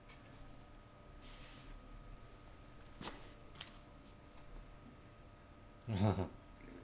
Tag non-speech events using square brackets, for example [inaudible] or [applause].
[laughs]